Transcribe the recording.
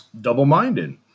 double-minded